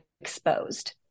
exposed